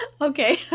Okay